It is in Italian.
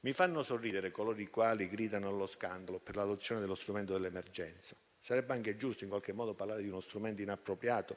Mi fanno sorridere coloro i quali gridano allo scandalo per l'adozione dello strumento dell'emergenza. Sarebbe anche giusto parlare di uno strumento inappropriato